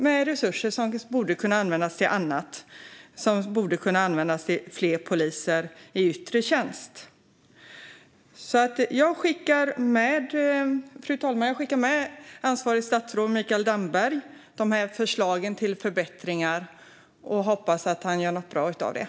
Dessa resurser borde kunna användas till annat; de borde kunna användas till fler poliser i yttre tjänst. Fru talman! Jag skickar med det ansvariga statsrådet Mikael Damberg dessa förslag till förbättringar och hoppas att han gör något bra av dem.